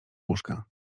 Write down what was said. łóżka